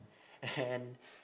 and